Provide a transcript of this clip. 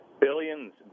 billions